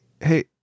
hey